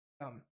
come